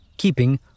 keeping